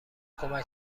کمک